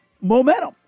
momentum